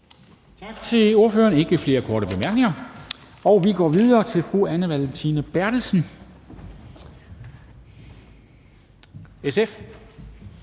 Tak til ordføreren. Der er ikke flere korte bemærkninger, og vi går videre til fru Anne Valentina Berthelsen, SF.